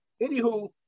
Anywho